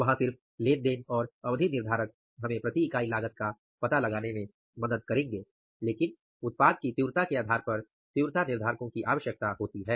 वहां सिर्फ लेन देन और अवधि निर्धारक हमें प्रति इकाई लागत का पता लगाने में मदद करेंगे लेकिन उत्पाद की तीव्रता के आधार पर तीव्रता निर्धारकों की आवश्यकता होती है